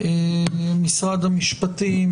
ממשרד המשפטים,